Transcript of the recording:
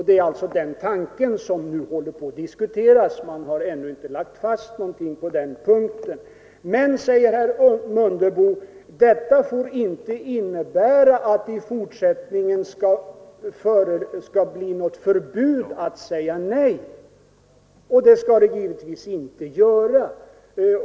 Det är alltå den tanken som håller på att diskuteras; man har ännu inte bestämt sig. Men, säger herr Mundebo, detta får inte innebära att det i fortsättningen skall bli något förbud att säga nej. Det skall det givetvis inte bli.